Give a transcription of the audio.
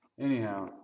Anyhow